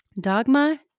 Dogma